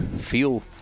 feel